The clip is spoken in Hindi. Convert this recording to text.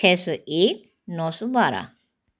छ सौ एक नौ सौ बारह